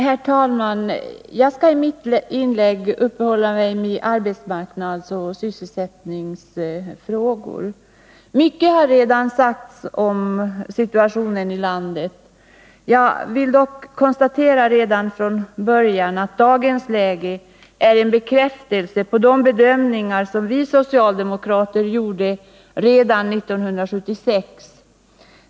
Herr talman! Jag skall i mitt inlägg uppehålla mig vid arbetsmarknadsoch sysselsättningsfrågor. Mycket har redan sagts om situationen i landet. Jag vill dock redan från början konstatera att dagens läge är en bekräftelse på de bedömningar som vi socialdemokrater gjorde redan 1976.